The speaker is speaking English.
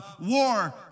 war